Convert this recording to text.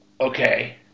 Okay